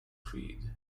creed